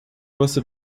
você